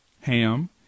ham